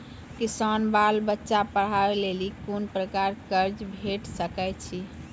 किसानक बाल बच्चाक पढ़वाक लेल कून प्रकारक कर्ज भेट सकैत अछि?